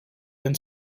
jen